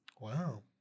Wow